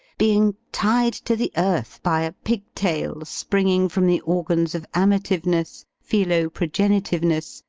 being tied to the earth by a pigtail springing from the organs of amativeness, philoprogenitiveness,